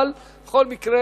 אבל בכל מקרה,